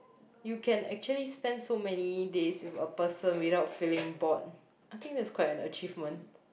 you can actually spend so many days with a person without feeling bored I think that's quite an achievement